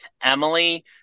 Emily